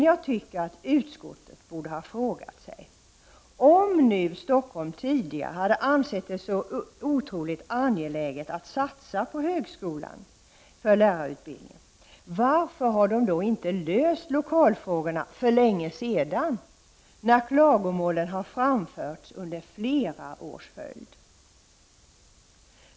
Jag tycker att utskottet borde ha frågat sig: Om nu Stockholms stad hade ansett det så angeläget att satsa på högskolan för lärarutbildningen, varför har man då inte löst lokalfrågorna för länge sedan, när klagomålen har framförts under flera år?